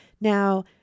now